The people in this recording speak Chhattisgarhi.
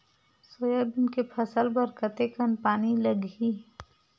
सोयाबीन के फसल बर कतेक कन पानी लगही?